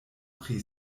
pri